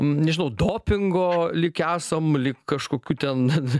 nežinau dopingo lyg esam lyg kažkokių ten